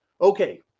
Okay